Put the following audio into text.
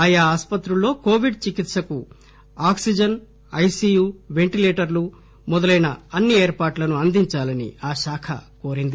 ఆయాఆసుపత్రుల్లో Covid చికిత్సకు oxygen ICU వెంటిలేటర్లు మొదలైన అన్ని ఏర్పాట్లను అందించాలని ఆశాఖ కోరింది